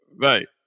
Right